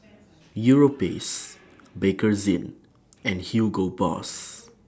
Europace Bakerzin and Hugo Boss